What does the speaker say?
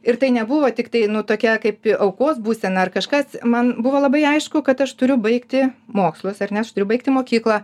ir tai nebuvo tiktai nu tokia kaip aukos būsena ar kažkas man buvo labai aišku kad aš turiu baigti mokslus ar ne aš turiu baigti mokyklą